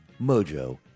Mojo